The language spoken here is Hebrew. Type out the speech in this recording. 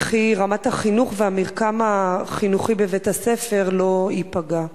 וכי רמת החינוך והמרקם החינוכי בבית-הספר לא ייפגעו?